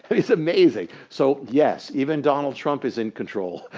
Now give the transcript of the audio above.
it's amazing. so yes, even donald trump is in control,